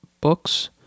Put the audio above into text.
books